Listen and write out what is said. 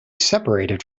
separated